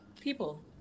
People